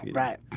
right?